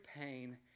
pain